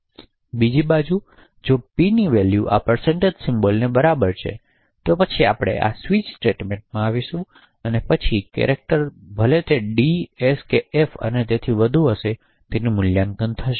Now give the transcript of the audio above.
બીજી બાજુ જો p ની વેલ્યુ આ સિમ્બોલની બરાબર છે તો પછી આપણે આ સ્વીચ સ્ટેટમેંટમાં આવીશું પછીનું કેરેક્ટર ભલે તે ds f અને તેથી વધુ હશે તેનું મૂલ્યાંકન થશે